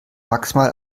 maximal